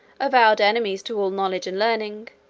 avowed enemies to all knowledge and learning,